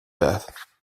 death